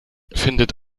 findet